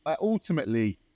ultimately